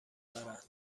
دارند